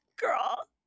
Girl